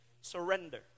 surrender